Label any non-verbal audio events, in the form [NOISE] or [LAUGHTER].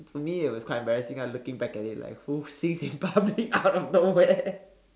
for me it was quite embarrassing ah looking back at it like who sings in public [LAUGHS] out of nowhere [LAUGHS]